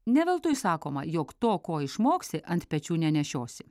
ne veltui sakoma jog to ko išmoksi ant pečių nenešiosi